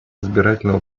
избирательного